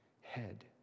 head